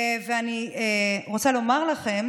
אני רוצה לומר לכם